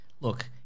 Look